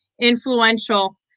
influential